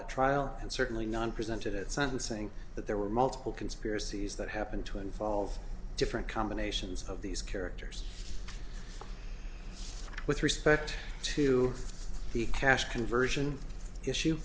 at trial and certainly none presented at sentencing that there were multiple conspiracies that happened to involve different combinations of these characters with respect to the cash conversion issue